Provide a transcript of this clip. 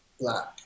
black